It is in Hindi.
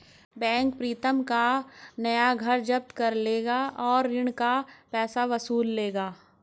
बैंक प्रीतम का नया घर जब्त कर लेगा और ऋण का पैसा वसूल लेगा